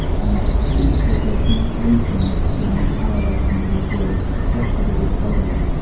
and i think there's a deep wisdom behind analyzing these words, especially the word pilgrimage.